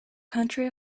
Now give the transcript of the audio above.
country